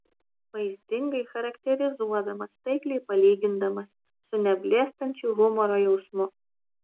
vaizdingai charakterizuodamas taikliai palygindamas su neblėstančiu humoro jausmu